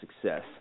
success